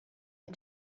had